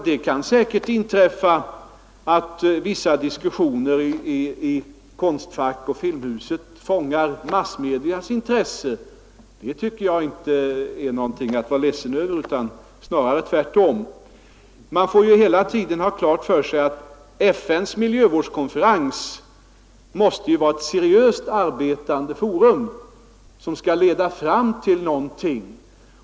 Det kan säkert inträffa att vissa diskussioner i Konstfack och Filmhuset fångar massmedias intresse. Det är ingenting att vara ledsen över, snarare tvärtom. Man får ju hela tiden ha klart för sig att FN:s miljövårdskonferens måste vara ett seriöst arbetande forum som skall leda fram till någonting.